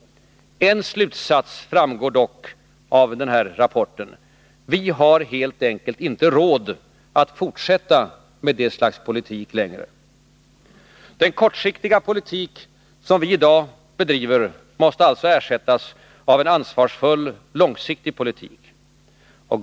En slutsats framgår dock av den här rapporten: vi har helt enkelt inte råd att fortsätta med det här slagets politik längre. Den kortsiktiga politik som vi i dag bedriver måste alltså ersättas av en ansvarsfull, långsiktig politik.